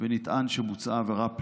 ונטען שבוצעה עבירה פלילית.